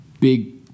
big